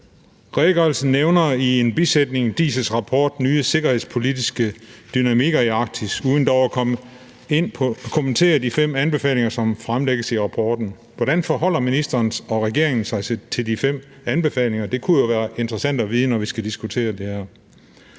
Redegørelsen nævner i en bisætning DIIS' rapport »Nye sikkerhedspolitiske dynamikker i Arktis« uden dog at kommentere de fem anbefalinger, som fremlægges i rapporten. Hvordan forholder ministeren og regeringen sig til de fem anbefalinger? Det kunne jo være interessant at vide, når vi skal diskutere der her.